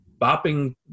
Bopping